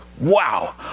wow